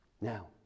now